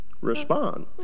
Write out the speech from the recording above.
Respond